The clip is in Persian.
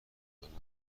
بدانند